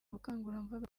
ubukangurambaga